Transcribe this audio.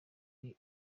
ziri